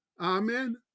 Amen